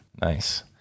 Nice